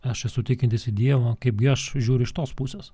aš esu tikintis į dievą kaipgi aš žiūriu iš tos pusės